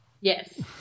Yes